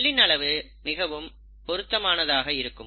செல்லின் அளவு மிகவும் பொருத்தமானதாக இருக்கும்